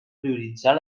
prioritzar